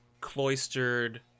cloistered